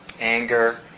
anger